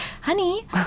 honey